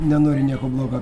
nenoriu nieko blogo